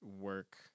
work